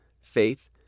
faith